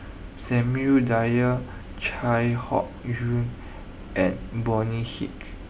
Samuel Dyer Chai Hon Yoong and Bonny Hicks